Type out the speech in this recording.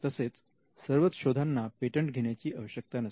तसेच सर्वच शोधांना पेटंट घेण्याची आवश्यकता नसते